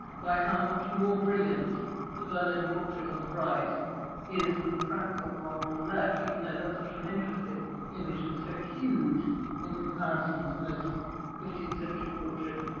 by how much more brilliant the berlin portrait on the right is than the frankfurt one on the left, even though that's such an interesting image, and so huge in comparison to most fifteenth century portraits.